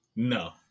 No